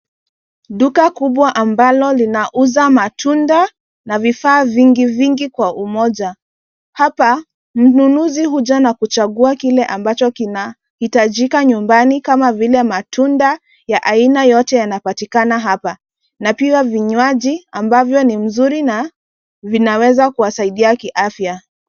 Duka kubwa ambalo linauza matunda na vifaa vingi vingi kwa umoja. Hapa, mnunuzi huja na kuchagua kile ambacho kinahitajika nyumbani kama vile matunda ya aina yote inapatikana hapa. Na pia vinywaji ambavyo ni mzuri na vinaweza kuwasaidia kiafya.